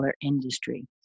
industry